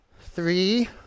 Three